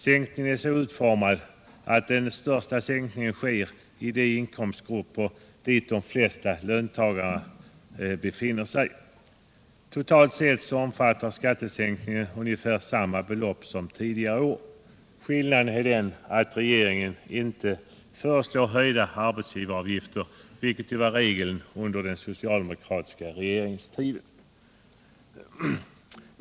Förslaget är så utformat att den största sänkningen sker i de inkomstgrupper där de flesta löntagarna befinner sig. Totalt sett omfattar skattesänkningen ungefär samma belopp som föregående år. Skillnaden är att regeringen inte föreslår höjda arbetsgivaravgifter, vilket ju var regeln under den socialdemokratiska regeringstiden.